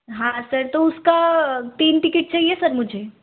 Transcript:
हाँ सर तो उसका तीन टिकेट चाहिए सर मुझे